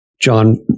John